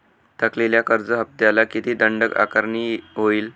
थकलेल्या कर्ज हफ्त्याला किती दंड आकारणी होईल?